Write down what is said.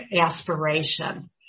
aspiration